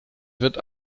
wird